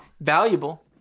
valuable